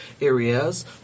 areas